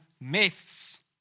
myths